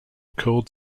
called